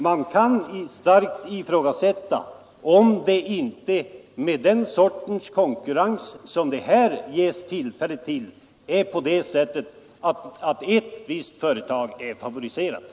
Man kan starkt ifrågasätta om det inte, med den sorts konkurrens som det här ges tillfälle till, blir så att ett visst företag favoriseras.